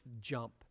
jump